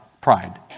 pride